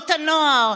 תנועות הנוער,